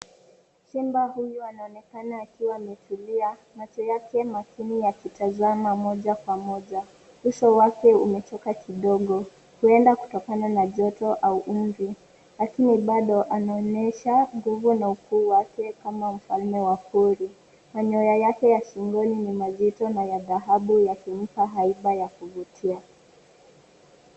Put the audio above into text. Hii chemba inaonekana akiwa amesimama, akitumia mashine ya kugonga au kukamua moja kwa moja. Uso wake umechoka kidogo, labda kutokana na joto au uchovu. Hata hivyo, bado anaonyesha nguvu na msukumo wake kama samaki wa baharini. Nywele zake za asili ni nyeupe na rangi ya dhahabu, zikionyesha uzuri wa kipekee.